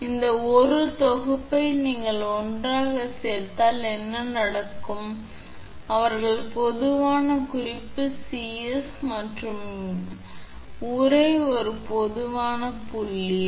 எனவே இந்த 1 தொகுப்பை நீங்கள் ஒன்றாகச் சேர்த்தால் என்ன நடக்கும் அவர்கள் பொதுவான குறிப்பு 𝐶𝑠 𝐶𝑠 𝐶𝑠 மற்றும் இந்த உறை ஒரு பொதுவான புள்ளியாகும்